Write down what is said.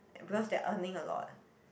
because they are earning a lot